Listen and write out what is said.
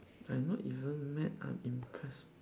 I'm not even mad I'm impressed